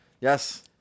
Yes